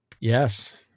Yes